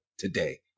today